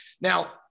now